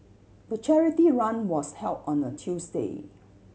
the charity run was held on a Tuesday